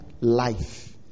life